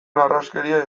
narraskeria